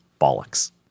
Bollocks